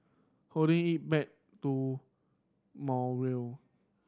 holding it make to more will